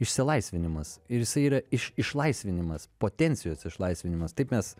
išsilaisvinimas ir jisai yra iš išlaisvinimas potencijos išlaisvinimas taip mes